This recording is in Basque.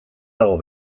dago